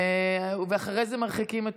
ואחרי זה מרחיקים.